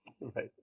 Right